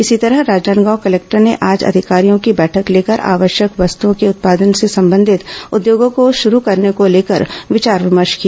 इसी तरह राजनांदगांव कलेक्टर ने आज अधिकारियों की बैठक लेकर आवश्यक वस्तुओं के उत्पादन से संबंधित उद्योगों को शरू करने को लेकर विचार विमर्श किया